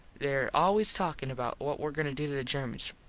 there always talking about what were goin to do to the germans,